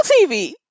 TV